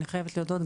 אני חיבת להודות,